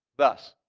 thus.